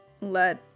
let